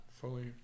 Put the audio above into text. Fully